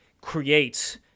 creates